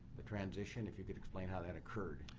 the transition, if you can explain how that occurred?